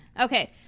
okay